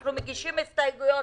אנחנו מגישים הסתייגויות